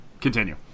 continue